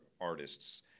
artists